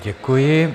Děkuji.